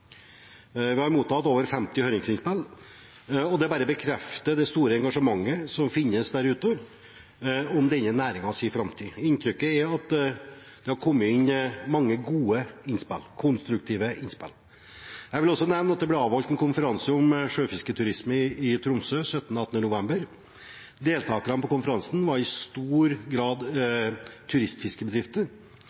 Vi har mottatt over 50 høringsinnspill. Det bare bekrefter det store engasjementet som finnes der ute om denne næringens framtid. Inntrykket er at det har kommet inn mange gode og konstruktive innspill. Jeg vil også nevne at det ble avholdt en konferanse om sjøfisketurisme i Tromsø 17.–18. november. Deltakerne på konferansen var i stor grad turistfiskebedrifter.